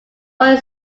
only